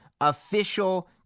official